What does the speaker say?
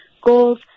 goals